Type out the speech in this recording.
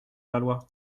valois